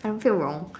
I don't feel wrong